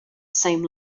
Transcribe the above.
same